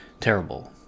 terrible